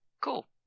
Cool